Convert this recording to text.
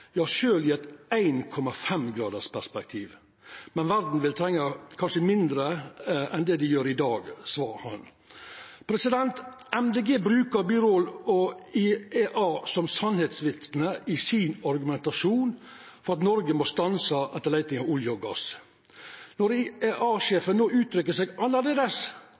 i eit 1,5-gradarsperspektiv. Men verda vil kanskje trenga mindre enn ein gjer i dag, sa han. Miljøpartiet Dei Grøne brukar Birol og IEA som sanningsvitne i sin argumentasjon om at Noreg må stansa leitinga etter olje og gass. Når IEA-sjefen no uttrykkjer seg